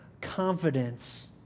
confidence